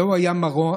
זה היה מרן,